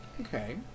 okay